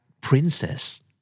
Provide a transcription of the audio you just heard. Princess